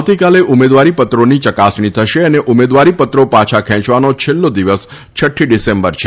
આવતીકાલે ઉમેદવારી પત્રોની યકાસણી થશે અને ઉમેદવારી પત્રો પાછા ખેંચવાનો છેલ્લો દિવસ છઠ્ઠી ડિસેમ્બર છે